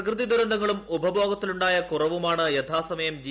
പ്രകൃതി ദുരന്തങ്ങളും ഉപഭോഗത്തിലുണ്ടായ കൂറ്റ്പുമാണ് യഥാസമയം ജി